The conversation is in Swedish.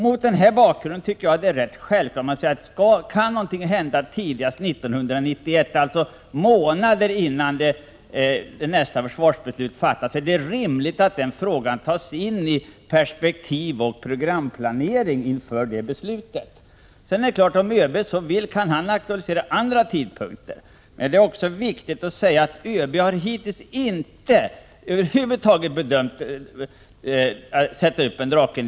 Mot denna bakgrund tycker jag att det är rätt självklart att fråga sig: Om någonting kan hända tidigast 1991, dvs. månader innan nästa försvarsbeslut fattas, är det då inte rimligast att den frågan tas in i perspektivoch programplaneringen inför 1992 års beslut? Om ÖB så vill kan han naturligtvis aktualisera andra tidpunkter. Det är också viktigt att hålla i minnet att ÖB 93 hittills över huvud taget inte har bedömt möjligheten att sätta upp en Drakendivision.